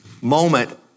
moment